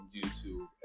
YouTube